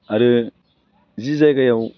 आरो जि जायगायाव